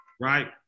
right